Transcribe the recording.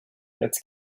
jetzt